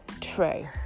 true